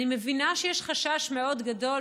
אני מבינה שיש חשש מאוד גדול,